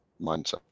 mindset